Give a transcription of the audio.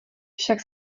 však